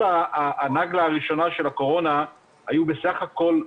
הנגלה הראשונה של הקורונה היו בסך הכול,